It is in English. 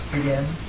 again